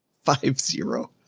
five zero.